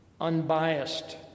unbiased